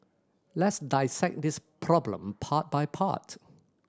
let's dissect this problem part by part